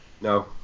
No